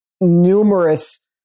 numerous